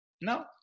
No